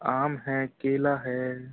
आम है केला है